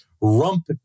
rump